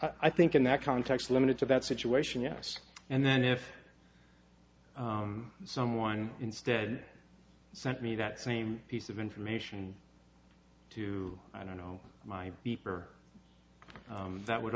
i think in that context limited to that situation yes and then if someone instead sent me that same piece of information to i don't know my beeper that would